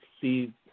see